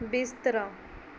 ਬਿਸਤਰਾ